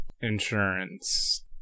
insurance